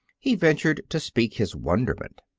he ventured to speak his wonderment.